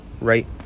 right